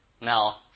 Now